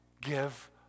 give